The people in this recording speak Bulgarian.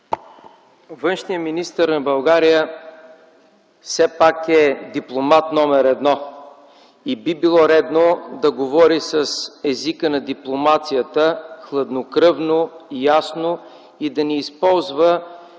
Външният министър на България все пак е дипломат номер едно и би било редно да говори с езика на дипломацията – хладнокръвно, ясно, и да не използва